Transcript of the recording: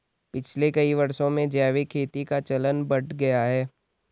पिछले कई वर्षों में जैविक खेती का चलन बढ़ गया है